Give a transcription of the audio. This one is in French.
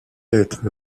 être